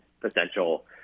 potential